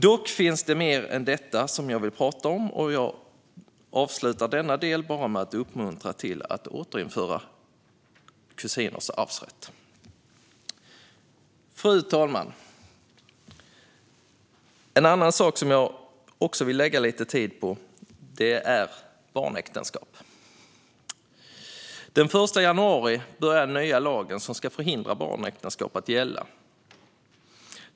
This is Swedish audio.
Dock vill jag prata om mer än detta, och jag avslutar denna del med att uppmuntra till att återinföra kusiners arvsrätt. Fru talman! En annan sak som jag vill lägga lite tid på att tala om är barnäktenskap. Den 1 januari började den nya lagen som ska förhindra barnäktenskap att gälla.